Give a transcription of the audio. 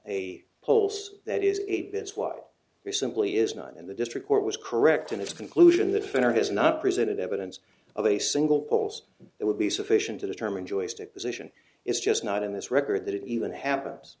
a pulse that is eight this while there simply is not and the district court was correct in its conclusion the finner has not presented evidence of a single polls that would be sufficient to determine joystick position it's just not in this record that it even happens